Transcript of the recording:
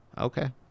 okay